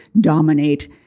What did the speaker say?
dominate